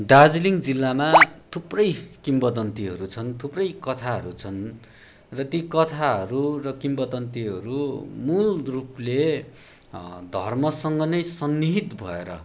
दार्जिलिङ जिल्लामा थुप्रै किंवदन्तीहरू छन् छन् थुप्रै कथाहरू छन् र ती कथाहरू र किंवदन्तीहरू मूल रूपले धर्मसँग नै सन्निहित भएर